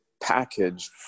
package